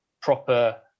proper